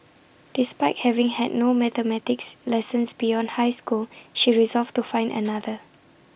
despite having had no mathematics lessons beyond high school she resolved to find another